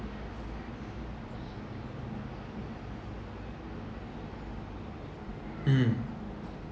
um